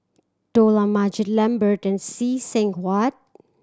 Dollah Majid Lambert and See Seng Huat